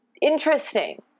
interesting